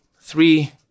three